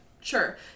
sure